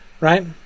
Right